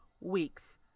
weeks